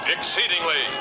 Exceedingly